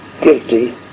guilty